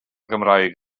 gymraeg